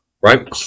right